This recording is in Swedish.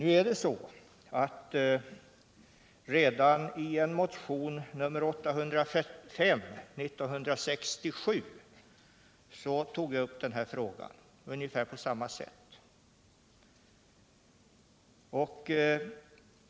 Redan i motion nr 805 år 1967 tog jag upp denna fråga.